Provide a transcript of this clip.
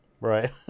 Right